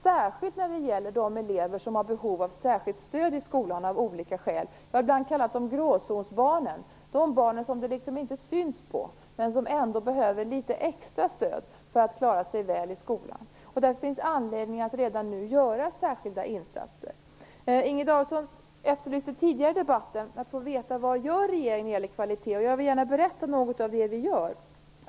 Särskilt gäller det då de elever som av olika skäl har behov av särskilt stöd i skolan. Ibland kallar jag dem för gråzonsbarnen. Det handlar alltså om barn som det inte syns på, men som man vet, att de behöver litet extra stöd för att klara sig väl i skolan. Därför finns det anledning att redan nu göra särskilda insatser. Inger Davidson efterlyste tidigare i debatten besked om vad regeringen gör när det gäller kvaliteten. Jag berättar gärna något om det vi gör.